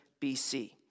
BC